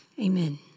Amen